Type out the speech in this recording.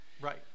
right